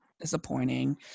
disappointing